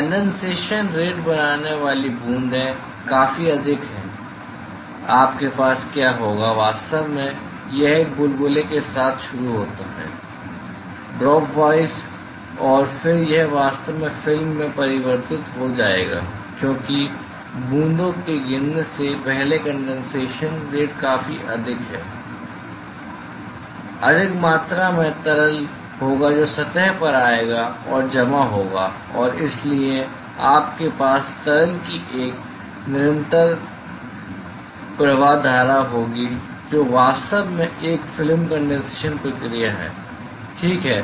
condensation rate बनाने वाली बूंदें काफी अधिक हैं आपके पास क्या होगा वास्तव में यह एक बुलबुले के साथ शुरू होता है ड्रॉप वाइज और फिर यह वास्तव में फिल्म में परिवर्तित हो जाएगा क्योंकि बूंदों के गिरने से पहले कंडेनसेशन रेट काफी अधिक है अधिक मात्रा में तरल होगा जो सतह पर आएगा और जमा होगा और इसलिए आपके पास तरल की एक निरंतर प्रवाह धारा होगी जो वास्तव में एक फिल्म कंडेनसेशन प्रक्रिया है ठीक है